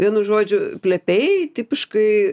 vienu žodžiu plepiai tipiškai